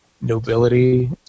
nobility